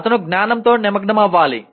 అతను జ్ఞానంతో నిమగ్నమవ్వాలి